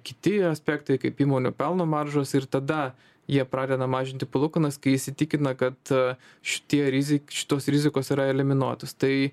kiti aspektai kaip įmonių pelno maržos ir tada jie pradeda mažinti palūkanas kai įsitikina kad šitie rizik šitos rizikos yra eliminuotos tai